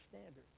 standard